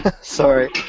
Sorry